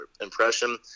impression